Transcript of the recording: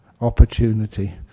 opportunity